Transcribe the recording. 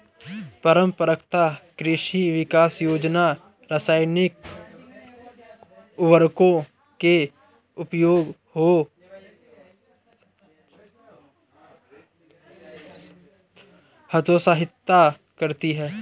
परम्परागत कृषि विकास योजना रासायनिक उर्वरकों के उपयोग को हतोत्साहित करती है